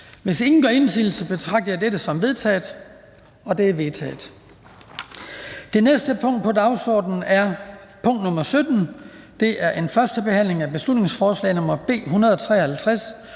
Hvis ingen gør indsigelse, betragter jeg dette som vedtaget. Det er vedtaget. --- Det næste punkt på dagsordenen er: 17) 1. behandling af beslutningsforslag nr. B 153: